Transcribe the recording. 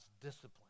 discipline